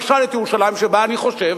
שבה אני חושב,